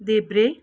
देब्रे